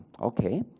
okay